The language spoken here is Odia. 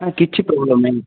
କିଛି ପ୍ରୋବ୍ଲେମ୍ ନାହିଁ